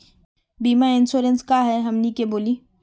बीमा इंश्योरेंस का है हमनी के बोली?